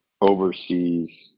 overseas